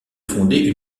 fonder